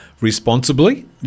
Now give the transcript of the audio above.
responsibly